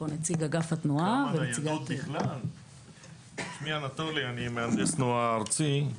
אני אנטולי, אני מהנדס תנועה ארצי.